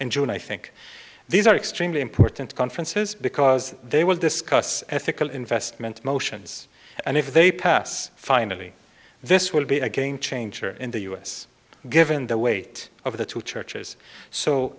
june i think these are extremely important conferences because they will discuss ethical investment motions and if they pass finally this will be a game changer in the us given the weight of the two churches so